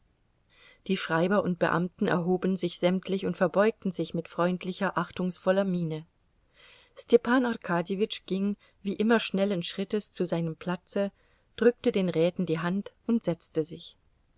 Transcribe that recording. die schreiber und beamten erhoben sich sämtlich und verbeugten sich mit freundlicher achtungsvoller miene stepan arkadjewitsch ging wie immer schnellen schrittes zu seinem platze drückte den räten die hand und setzte sich